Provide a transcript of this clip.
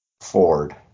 Ford